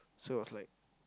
so I was like